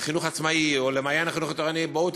לחינוך העצמאי או למעיין החינוך התורני: בואו,